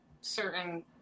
certain